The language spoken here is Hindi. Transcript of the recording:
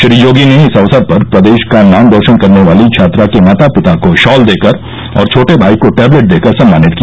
श्री योगी र्न इस अवसर पर प्रदेश का नाम रोशन करने वाली छात्रा के माता पिता को शॉल देकर और छोटे भाई को टैबलेट देकर सम्मानित किया